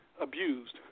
abused